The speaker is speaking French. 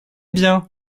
bien